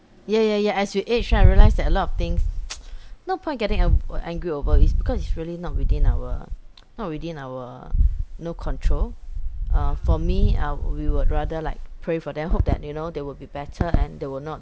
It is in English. ya ya ya as we age I realise that a lot of things no point getting uh angry over it's because it's really not within our not within our you know control uh for me uh we would rather like pray for them hope that you know they will be better and they will not